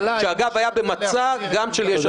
שאגב היה במצע גם של יש עתיד.